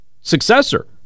successor